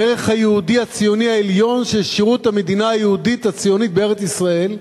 הערך היהודי הציוני העליון של שירות המדינה היהודית הציונית בארץ-ישראל,